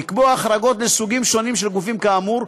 לקבוע החרגות לסוגים שונים של גופים כאמור,